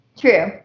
True